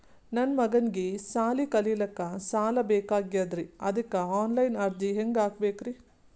ನನ್ನ ಮಗನಿಗಿ ಸಾಲಿ ಕಲಿಲಕ್ಕ ಸಾಲ ಬೇಕಾಗ್ಯದ್ರಿ ಅದಕ್ಕ ಆನ್ ಲೈನ್ ಅರ್ಜಿ ಹೆಂಗ ಹಾಕಬೇಕ್ರಿ?